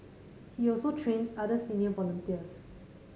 he also trains other senior volunteers